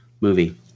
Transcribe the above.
movie